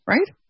Right